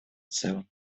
целом